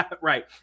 Right